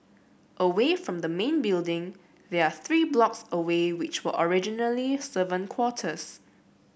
away from the main building there are three blocks away which were originally servant quarters